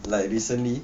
like recently